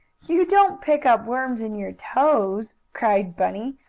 you don't pick up worms in your toes! cried bunny.